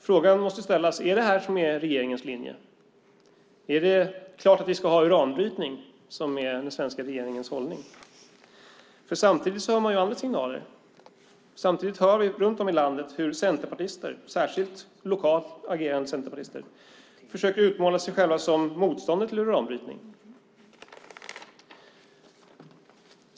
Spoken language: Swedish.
Frågan måste ställas: Är detta regeringens linje? Är det den svenska regeringens hållning att vi ska ha uranbrytning? Samtidigt hör man andra signaler. Samtidigt hör vi runt om i landet hur centerpartister, särskilt lokalt agerande centerpartister, försöker utmåla sig själva som motståndare till uranbrytning.